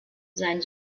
sein